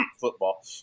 football